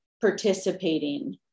participating